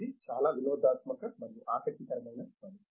ఇది చాలా వినోదాత్మక మరియు ఆసక్తికరమైన పని